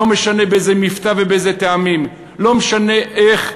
לא משנה באיזה מבטא ובאיזה טעמים, לא משנה איך,